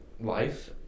life